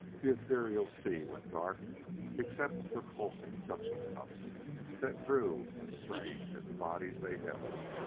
the ethereal sea went dark except for pulsing suction cups that drew and strained at the bodies they held.